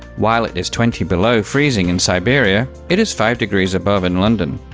while it is twenty below freezing in siberia, it is five degrees above in london.